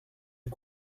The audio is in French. ils